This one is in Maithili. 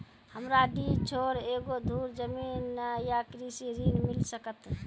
हमरा डीह छोर एको धुर जमीन न या कृषि ऋण मिल सकत?